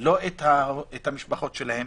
את המשפחות שלהם,